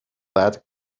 that